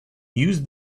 use